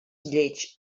lleig